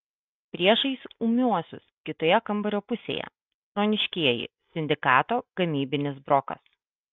priešais ūmiuosius kitoje kambario pusėje chroniškieji sindikato gamybinis brokas